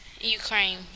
Ukraine